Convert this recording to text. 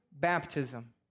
Baptism